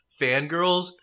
fangirls